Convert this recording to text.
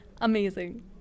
Amazing